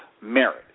merit